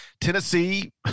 Tennessee